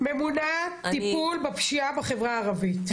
ממונה טיפול בפשיעה בחברה הערבית.